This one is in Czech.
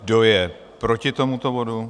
Kdo je proti tomuto bodu?